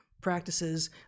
practices